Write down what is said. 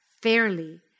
fairly